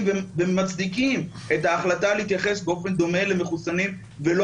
ומצדיקים את ההחלטה להתייחס באופן דומה למחוסנים ולא